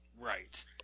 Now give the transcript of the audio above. Right